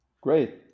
great